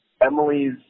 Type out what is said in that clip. Emily's